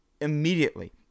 immediately